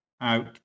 out